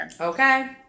Okay